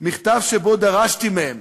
ודרשתי מהם